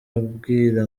arambwira